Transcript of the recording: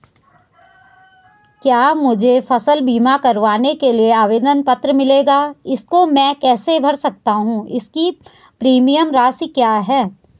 क्या मुझे फसल बीमा करवाने के लिए आवेदन पत्र मिलेगा इसको मैं कैसे भर सकता हूँ इसकी प्रीमियम राशि क्या है?